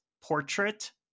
portrait